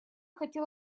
хотел